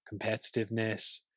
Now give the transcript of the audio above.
competitiveness